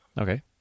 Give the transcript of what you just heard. okay